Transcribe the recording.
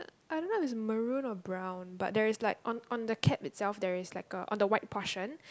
I don't know if its maroon or brown but there's like on on the cap itself there is like a on the white portion